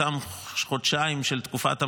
אותם חודשיים של תקופת המעבר,